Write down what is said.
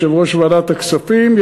יושב-ראש ועדת הכספים.